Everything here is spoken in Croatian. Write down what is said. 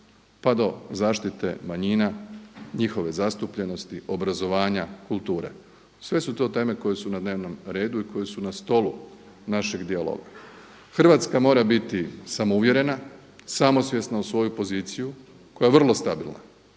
pa do zaštite manjina, njihove zastupljenosti, obrazovanja, kulture. Sve su to teme koje su na dnevnom redu i koje su na stolu našeg dijaloga. Hrvatska mora biti samouvjerena, samosvjesna u svoju poziciju koja je vrlo stabilna,